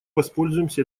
воспользуемся